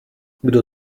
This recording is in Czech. kdo